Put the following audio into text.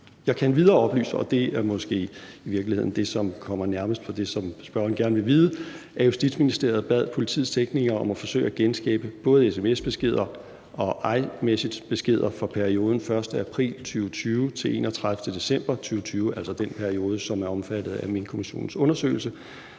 Jeg kan endvidere oplyse, og det er måske i virkeligheden det, som kommer nærmest på det, som spørgeren gerne vil vide, at Justitsministeriet bad politiets teknikere om at forsøge at genskabe både sms-beskeder og iMessagebeskeder for perioden fra den 1. april 2020 til den 31. december 2020, altså den periode, som er omfattet af Minkkommissionens undersøgelse,